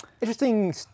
Interesting